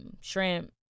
shrimp